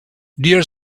dear